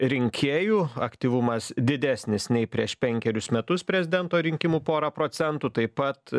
rinkėjų aktyvumas didesnis nei prieš penkerius metus prezidento rinkimų porą procentų taip pat